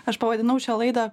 aš pavadinau šią laidą